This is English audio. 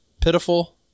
pitiful